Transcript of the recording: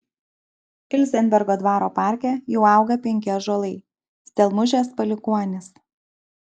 ilzenbergo dvaro parke jau auga penki ąžuolai stelmužės palikuonys